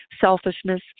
selfishness